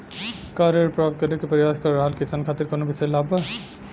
का ऋण प्राप्त करे के प्रयास कर रहल किसान खातिर कउनो विशेष लाभ बा?